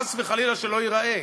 חס וחלילה שלא ייראה,